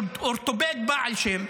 אורתופד בעל שם,